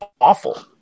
awful